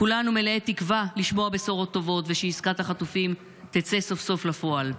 כולנו מלאי תקווה לשמוע בשורות טובות ושעסקת החטופים תצא סוף-סוף לפועל.